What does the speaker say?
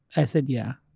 i said, yeah.